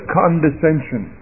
condescension